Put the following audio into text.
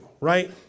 right